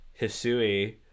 hisui